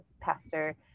pastor